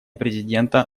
президента